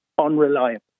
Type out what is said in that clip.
unreliable